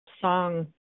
song